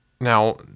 now